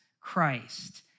Christ